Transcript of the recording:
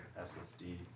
SSD